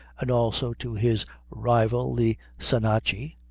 and also to his rival the senachie,